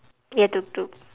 ya tuk tuk